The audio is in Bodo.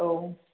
औ